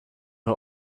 who